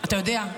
אתה יודע,